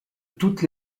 toutes